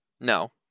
no